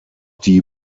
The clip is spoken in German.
die